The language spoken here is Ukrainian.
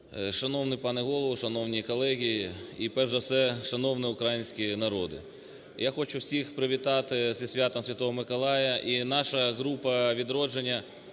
Шановний пане Голово, шановні колеги і перш за все шановний український народе, я хочу всіх привітати зі святом Святого Миколая. І наша група "Відродження"